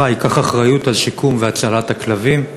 ייקח אחריות על שיקום והצלה של הכלבים?